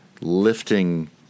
lifting